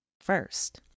First